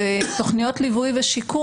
המשרד לביטחון לאומי מישל בטאשוילי סג"ד,